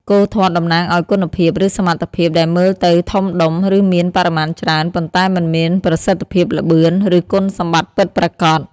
គោធាត់តំណាងឲ្យ គុណភាព ឬសមត្ថភាពដែលមើលទៅធំដុំ ឬមានបរិមាណច្រើន ប៉ុន្តែមិនមានប្រសិទ្ធភាព ល្បឿន ឬគុណសម្បត្តិពិតប្រាកដ។